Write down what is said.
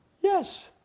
Yes